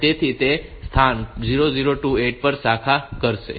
તેથી તે સ્થાન 0028 પર શાખા કરશે